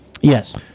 Yes